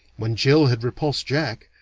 when jill had repulsed jack,